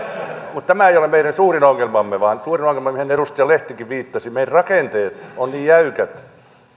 mutta tämä ei ole meidän suurin ongelmamme vaan suurin ongelma mihin edustaja lehtikin viittasi on että meidän rakenteemme ovat niin jäykät